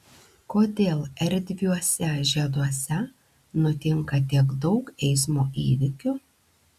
kodėl erdviuose žieduose nutinka tiek daug eismo įvykių